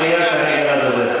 חברת הכנסת ברקו, לדבר.